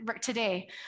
today